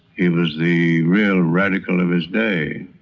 he was the real radical of his day